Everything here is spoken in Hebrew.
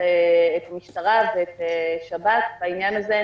את המשטרה ואת שב"ס בעניין הזה.